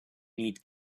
need